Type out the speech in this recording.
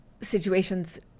situations